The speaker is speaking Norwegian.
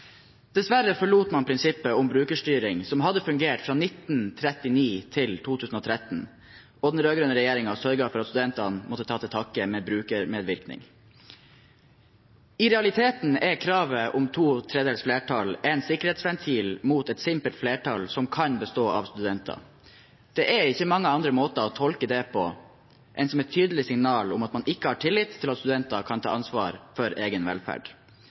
Dessverre forlot man prinsippet om brukerstyring, som hadde fungert fra 1939 til 2013, og den rød-grønne regjeringen sørget for at studentene måtte ta til takke med brukermedvirkning. I realiteten er kravet om to tredjedels flertall en sikkerhetsventil mot et simpelt flertall som kan bestå av studenter. Det er ikke mange andre måter å tolke det på enn som et tydelig signal om at man ikke har tillit til at studentene kan ta ansvar for egen velferd.